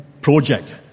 project